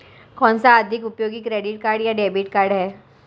कौनसा अधिक उपयोगी क्रेडिट कार्ड या डेबिट कार्ड है?